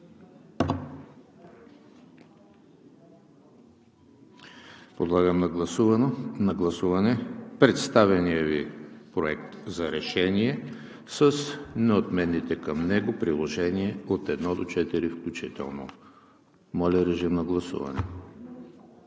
Подлагам на гласуване представения Ви Проект за решение с неотменните към него приложения от 1 до 4 включително. Гласували